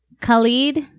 Khalid